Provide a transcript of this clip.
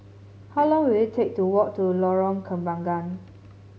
how long will it take to walk to Lorong Kembangan